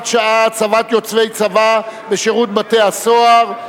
שעה) (הצבת יוצאי צבא בשירות בתי-הסוהר).